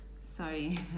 sorry